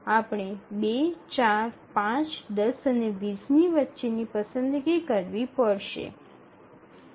આપણે ૨ ૪ ૫ ૧0 અને ૨0 ની વચ્ચે પસંદગી કરવી પડશે